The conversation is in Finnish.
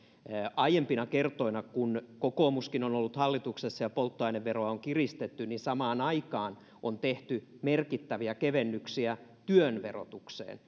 aiempina kertoina kun kokoomuskin on ollut hallituksessa ja polttoaineveroa on kiristetty on samaan aikaan tehty merkittäviä kevennyksiä työn verotukseen